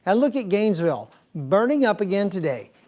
and look at gainesville. burning up again today.